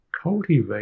cultivate